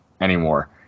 anymore